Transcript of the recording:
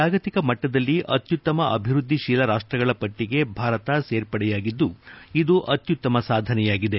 ಜಾಗತಿಕ ಮಟ್ಟದಲ್ಲಿ ಅತ್ಯುತ್ತಮ ಅಭಿವ್ವದ್ದಿಶೀಲ ರಾಷ್ಟ್ರಗಳ ಪಟ್ಟಿಗೆ ಭಾರತ ಸೇರ್ಪಡೆಯಾಗಿದ್ದು ಇದು ಅತ್ಯುತ್ತಮ ಸಾಧನೆಯಾಗಿದೆ